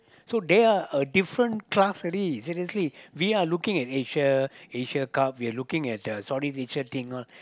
so they are a different class already seriously we are looking at Asia Asia-Cup we are looking at the Southeast-Asia thing all